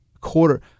quarter